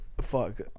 Fuck